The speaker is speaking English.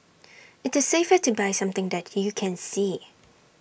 IT is safer to buy something that you can see